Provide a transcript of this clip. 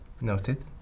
Noted